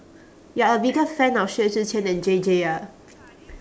you're a bigger fan of xue zhi qian than J_J ah